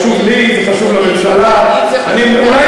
אתה לא תצליח.